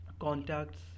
contacts